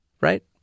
right